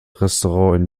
restaurant